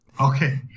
Okay